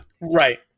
Right